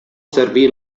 servì